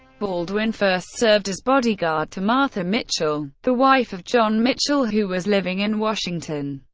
baldwin first served as bodyguard to martha mitchell, the wife of john mitchell, who was living in washington.